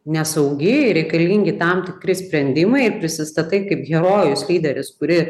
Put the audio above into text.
nesaugi ir reikalingi tam tikri sprendimai prisistatai kaip herojus lyderis kuri